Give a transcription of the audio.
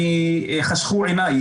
חשכו עיני,